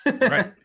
Right